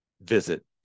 visit